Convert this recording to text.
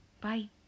Bye